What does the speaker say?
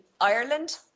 Ireland